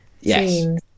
yes